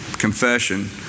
confession